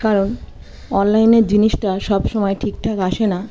কারণ অনলাইনের জিনিসটা সব সমায় ঠিকঠাক আসে না